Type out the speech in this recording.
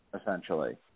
essentially